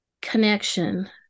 connection